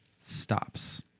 Stops